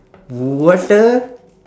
w~ what the